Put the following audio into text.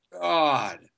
God